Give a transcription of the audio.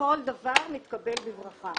כל דבר מתקבל בברכה.